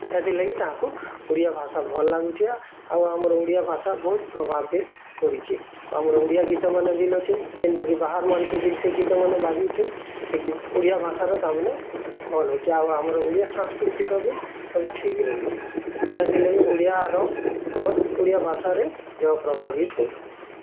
ଏଥିର୍ଲାଗି ତାଙ୍କୁ ଓଡ଼ିଆ ଭାଷା ଭଲ ଲାଗୁଛେ ବା ଆଉ ଆମର ଓଡ଼ିଆ ଭାଷା ବହୁତ ପ୍ରଭାବିତ କରିଛେ ଆମର ଓଡ଼ିଆ ଗୀତ୍ମାନେ ଭଲ୍ ଅଛି ଯେନ୍ଟାକି ବାହାରମାନଙ୍କୁ ଭଲ୍ସେ ଗୀତ୍ମାନେ ବାଜୁଛେ ସେଠି ଓଡ଼ିଆ ଭାଷାର ତାମାନେ ଭଲ୍ ଅଛେ ଆଉ ଆମର ଓଡ଼ିଆ ସାଂସ୍କୃତିକ ବି ସବୁ ଠିକ୍ ରହୁଛି ଏଥିଲାଗି ଓଡ଼ିଆର ଖବର ଓଡ଼ିଆ ଭାଷାରେ ଯେଉଁ ପ୍ରଭାବିତ ହେଉଛେ